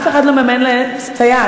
אף אחד לא מממן להן סייעת.